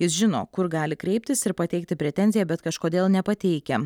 jis žino kur gali kreiptis ir pateikti pretenziją bet kažkodėl nepateikia